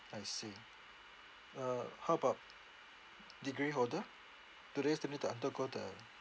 I see uh how about degree holder do they still need to undergo the